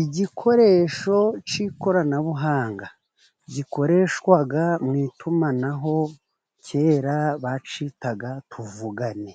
Igikoresho cy'ikoranabuhanga gikoreshwa mu itumanaho. Kera bacyitaga tuvugane.